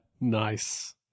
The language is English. Nice